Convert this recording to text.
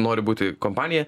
noriu būti kompanija